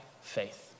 faith